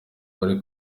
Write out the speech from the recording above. bari